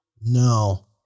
no